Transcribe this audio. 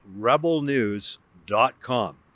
rebelnews.com